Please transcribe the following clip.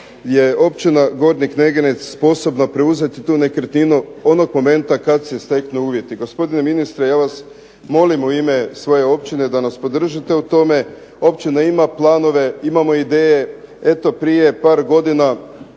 da je općina Gornji Kneginjec sposobna preuzeti tu nekretninu onog momenta kad se steknu uvjeti. Gospodine ministre ja vas molim u ime svoje općine da nas podržite u tome. Općina ima planove, imamo ideje. Eto prije par godina